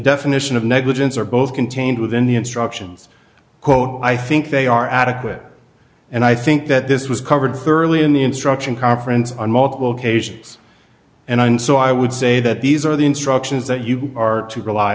definition of negligence are both contained within the instructions quote i think they are adequate and i think that this was covered thoroughly in the instruction conference on multiple occasions and and so i would say that these are the instructions that you are to rely